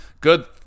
Good